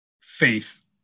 faith